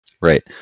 Right